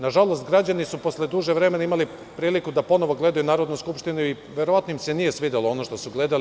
Nažalost građani su posle dužeg vremena imali priliku da ponovo gledaju Narodnu skupštinu i verovatno im se nije svidelo ono što su gledali.